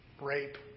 rape